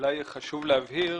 אולי חשוב להבהיר